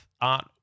art